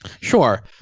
Sure